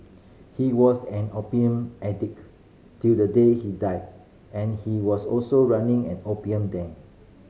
he was an opium addict till the day he died and he was also running an opium den